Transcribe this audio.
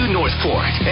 Northport